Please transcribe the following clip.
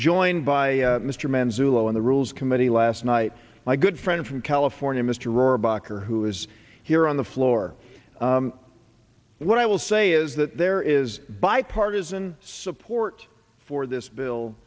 joined by mr manzullo on the rules committee last night my good friend from california mr rohrabacher who is here on the floor what i will say is that there is bipartisan support for this bill